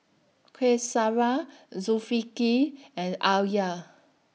Qaisara Zulkifli and Alya